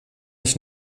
ich